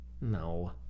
no